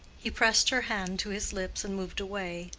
he pressed her hand to his lips and moved away,